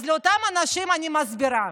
אז לאותם אנשים אני מסבירה.